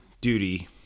duty